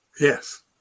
Yes